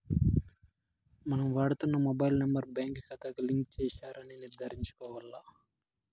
మనం వాడుతున్న mobile number బాంకీ కాతాకు లింక్ చేసినారని నిర్ధారించుకోవాల్ల